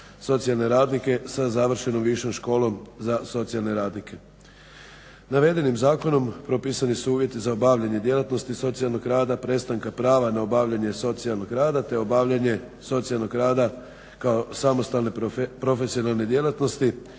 socijalne radnike sa završenom višom školom za socijalne radnike. Navedenim zakonom propisani su uvjeti za obavljanje djelatnosti socijalnog rada, prestanka prava na obavljanje socijalnog rada te obavljanje socijalnog rada kao samostalne profesionalne djelatnosti,